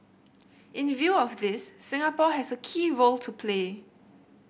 in view of this Singapore has a key role to play